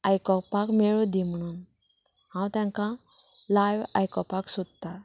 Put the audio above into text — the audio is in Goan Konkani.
आयकुपाक मेळूं दी म्हणून हांव तेंकां लायव आयकुपाक सोदता